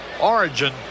origin